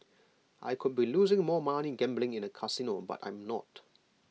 I could be losing more money gambling in A casino but I'm not